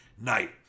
night